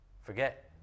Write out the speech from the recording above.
Forget